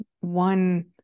one